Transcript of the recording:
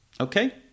Okay